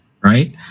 Right